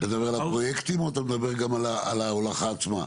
אתה מדבר על הפרויקטים או שאתה מדבר גם על ההולכה עצמה?